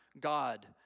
God